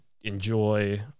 enjoy